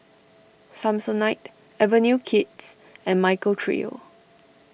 Samsonite Avenue Kids and Michael Trio